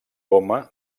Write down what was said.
goma